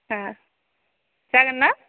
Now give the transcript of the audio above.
जागोनना